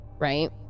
Right